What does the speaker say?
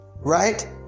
right